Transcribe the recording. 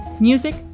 Music